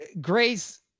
Grace